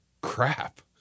Crap